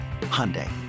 Hyundai